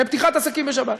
לפתיחת עסקים בשבת.